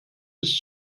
bis